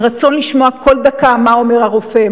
הרצון לשמוע כל דקה מה אומר הרופא,